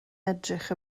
edrych